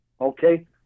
Okay